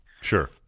Sure